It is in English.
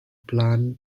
plan